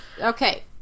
Okay